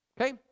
Okay